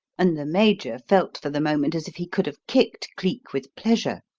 and the major felt for the moment as if he could have kicked cleek with pleasure.